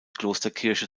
klosterkirche